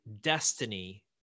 destiny